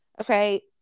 Okay